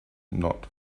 not